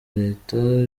leta